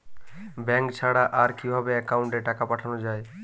Bank ছাড়া আর কিভাবে একাউন্টে টাকা পাঠানো য়ায়?